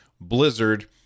Blizzard